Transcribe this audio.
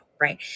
right